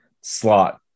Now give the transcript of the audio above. slot